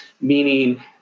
meaning